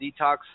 detox